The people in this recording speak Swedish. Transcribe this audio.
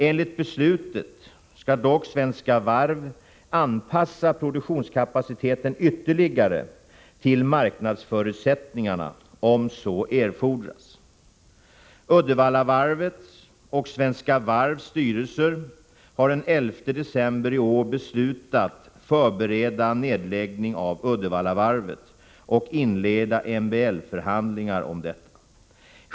Enligt beslutet skall dock Svenska Varv anpassa produktionskapaciteten ytterligare till marknadsförutsättningarna om så erfordras. Uddevallavarvets och Svenska Varvs styrelser har den 11 december i år beslutat förbereda nedläggning av Uddevallavarvet och inleda MBL-förhandlingar om detta.